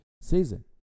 season